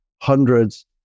hundreds